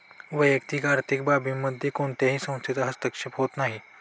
वैयक्तिक आर्थिक बाबींमध्ये कोणत्याही संस्थेचा हस्तक्षेप होत नाही